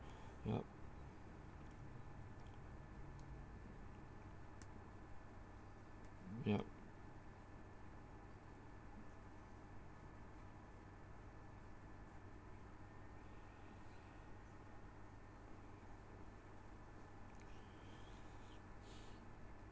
yup yup